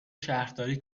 شهرداری